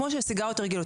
כמו שסיגריות רגילות,